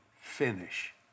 finish